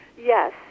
Yes